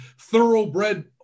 thoroughbred